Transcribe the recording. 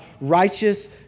righteous